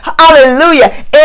Hallelujah